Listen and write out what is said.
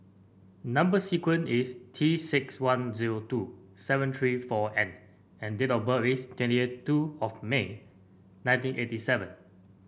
number sequence is T six one zero two seven three four N and date of birth is twenty two of May nineteen eighty seven